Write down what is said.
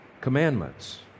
commandments